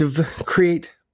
create